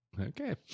okay